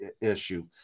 issue